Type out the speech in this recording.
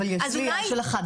אז אולי -- אבל יש עלייה של 11%,